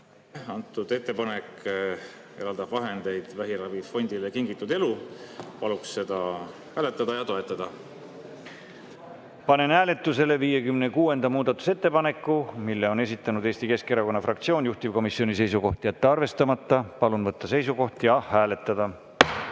Antud ettepanek eraldab vahendeid Vähiravifondile Kingitud Elu. Paluks seda hääletada ja toetada. Panen hääletusele 56. muudatusettepaneku. Selle on esitanud Eesti Keskerakonna fraktsioon. Juhtivkomisjoni seisukoht on jätta arvestamata. Palun võtta seisukoht ja hääletada!